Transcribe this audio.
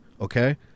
okay